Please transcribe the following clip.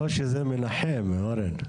לא שזה מנחם, אורן.